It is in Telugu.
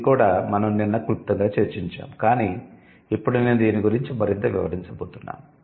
ఇది కూడా మనం నిన్న క్లుప్తంగా చర్చించాము కాని ఇప్పుడు నేను దీని గురించి మరింత వివరించబోతున్నాను